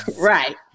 Right